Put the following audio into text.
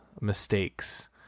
mistakes